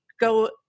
go